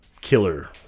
Killer